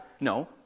No